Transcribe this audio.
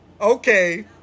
Okay